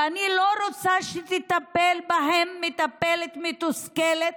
ואני לא רוצה שתטפל בהן מטפלת מתוסכלת